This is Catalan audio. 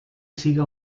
siga